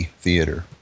theater